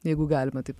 jeigu galima taip